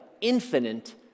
infinite